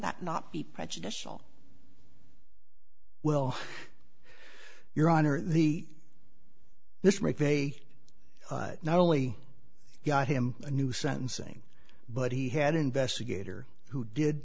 that not be prejudicial well your honor the this right they not only got him a new sentencing but he had investigator who did